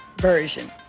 version